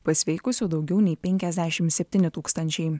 pasveikusių daugiau nei penkiasdešimt septyni tūkstančiai